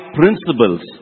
principles